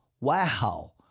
Wow